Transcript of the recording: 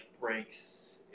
breaks